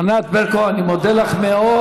ענת ברקו, אני מודה לך מאוד.